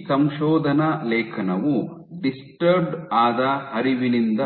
ಈ ಸಂಶೋಧನಾ ಲೇಖನವು ಡಿಸ್ಟರ್ಬ್ ಆದ ಹರಿವಿನಿಂದ